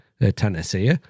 Tennessee